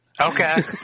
Okay